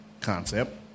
concept